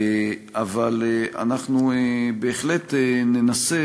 אבל אנחנו בהחלט ננסה,